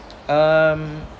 um